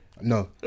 no